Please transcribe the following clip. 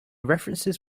references